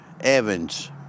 Evans